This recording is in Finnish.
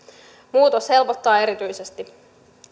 muutos helpottaa erityisesti